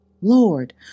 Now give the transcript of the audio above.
Lord